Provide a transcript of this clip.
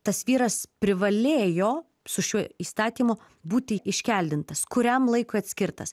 tas vyras privalėjo su šiuo įstatymu būti iškeldintas kuriam laikui atskirtas